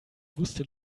wusste